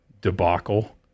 debacle